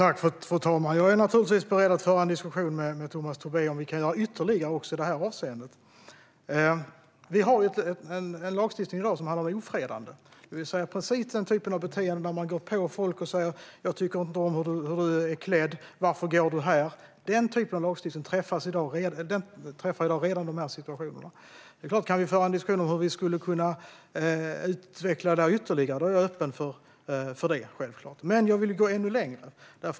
Fru talman! Jag är naturligtvis beredd att föra en diskussion med Tomas Tobé om vi kan göra något ytterligare också i det här avseendet. Vi har i dag en lagstiftning som handlar om ofredande, det vill säga precis den typen av beteende, när man går på folk och säger: "Jag tycker inte om hur du är klädd" och "Varför går du här?". Den lagstiftningen träffar sådana situationer redan i dag. Jag är självklart öppen för att föra en diskussion om hur vi kan utveckla det ytterligare. Men jag vill gå ännu längre.